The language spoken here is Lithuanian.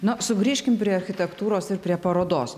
nu sugrįžkim prie architektūros ir prie parodos